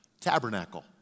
Tabernacle